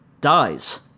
dies